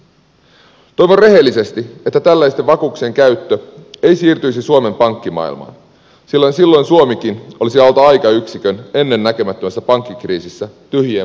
toivon rehellisesti että tällaisten vakuuksien käyttö ei siirtyisi suomen pankkimaailmaan sillä silloin suomikin olisi alta aikayksikön ennennäkemättömässä pankkikriisissä tyhjien vakuuksiensa kanssa